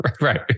right